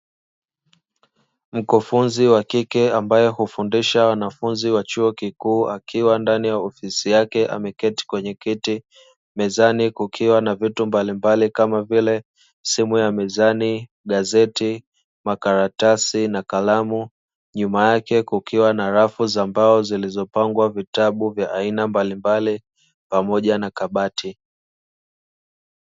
Mkufunzi wa kike ambaye hufundisha wanafunzi wa chuo kikuu akiwa ndani ya ofisi yake ameketi kwenye kiti, mezani kukiwa na vitu mbalimbali kama vile simu ya mezani, gazeti, makaratasi na kalamu, nyuma yake kukiwa na rafu za mbao zilizopangwa vitabu vya aina mbalimbali pamoja na kabati.